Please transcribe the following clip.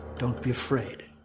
don't be afraid.